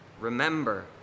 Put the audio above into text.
Remember